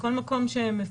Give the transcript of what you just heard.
בכל מקום שהם,